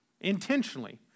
intentionally